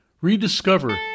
Rediscover